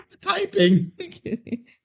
typing